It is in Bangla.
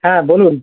হ্যাঁ বলুন